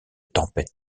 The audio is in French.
tempêtes